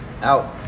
Out